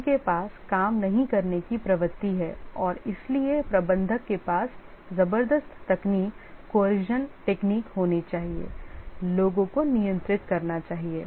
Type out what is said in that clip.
उनके पास काम नहीं करने की प्रवृत्ति है और इसलिए प्रबंधक के पास ज़बरदस्त तकनीक होनी चाहिए लोगों को नियंत्रित करना चाहिए